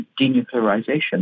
denuclearization